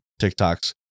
TikToks